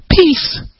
peace